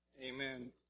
Amen